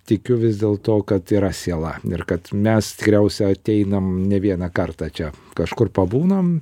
tikiu vis dėl to kad yra siela ir kad mes tikriausiai ateinam ne vieną kartą čia kažkur pabūnam